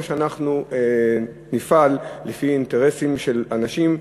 או שאנחנו נפעל לפי אינטרסים של אנשים ש,